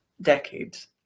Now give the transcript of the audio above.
decades